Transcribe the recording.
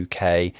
UK